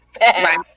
Right